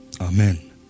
Amen